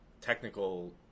technical